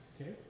Okay